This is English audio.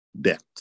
debt